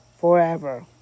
forever